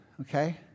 okay